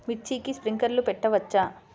మిర్చికి స్ప్రింక్లర్లు పెట్టవచ్చా?